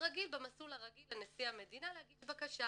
במסלול הרגיל לנישא המדינה להגיש בקשה.